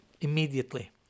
immediately